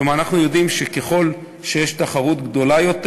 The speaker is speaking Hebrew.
כלומר, אנחנו יודעים שככל שיש תחרות גדולה יותר,